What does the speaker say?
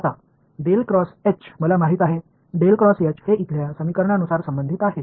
आता मला माहित आहे हे इथल्या समीकरणानुसार संबंधित आहे